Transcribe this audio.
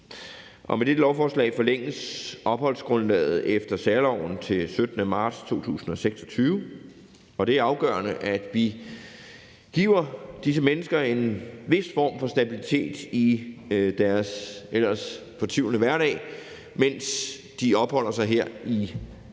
Med dette lovforslag forlænges opholdsgrundlaget efter særloven til den 17. marts 2026. Det er afgørende, at vi giver disse mennesker en vis form for stabilitet i deres ellers fortvivlende hverdag, mens de opholder sig her i